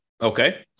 okay